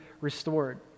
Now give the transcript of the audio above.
restored